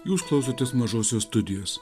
jūs klausotės mažosios studijos